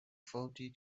forty